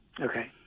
Okay